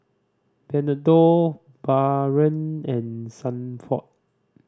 Bernardo Baron and Sanford